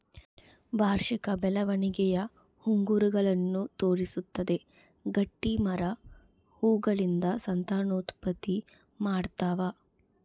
ವಾರ್ಷಿಕ ಬೆಳವಣಿಗೆಯ ಉಂಗುರಗಳನ್ನು ತೋರಿಸುತ್ತದೆ ಗಟ್ಟಿಮರ ಹೂಗಳಿಂದ ಸಂತಾನೋತ್ಪತ್ತಿ ಮಾಡ್ತಾವ